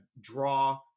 draw